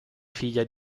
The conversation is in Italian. figlia